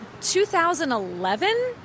2011